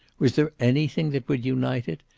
was there anything that would unite it,